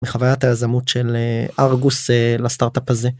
מחוויית היזמות של ארגוס לסטארטאפ הזה.